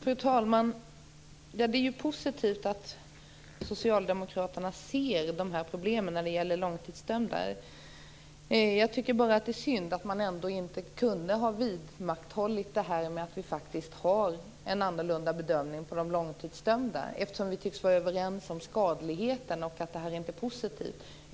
Fru talman! Det är positivt att socialdemokraterna ser problemen för de långtidsdömda. Det är synd att man inte hade kunnat vidmakthålla en annorlunda bedömning för de långtidsdömda. Vi tycks vara överens om skadligheten.